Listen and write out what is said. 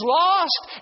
lost